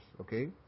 okay